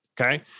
okay